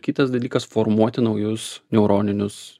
kitas dalykas formuoti naujus neuroninius